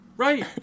Right